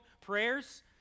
prayers